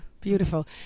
Beautiful